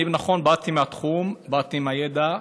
נכון, באתי מהתחום, באתי עם הידע,